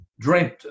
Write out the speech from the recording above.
dreamt